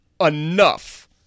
enough